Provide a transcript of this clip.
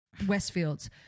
westfields